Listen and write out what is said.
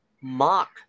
mock